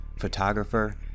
photographer